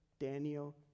Daniel